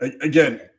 Again